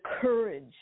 courage